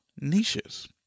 niches